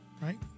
right